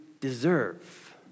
deserve